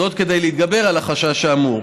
כדי להתגבר על החשש האמור.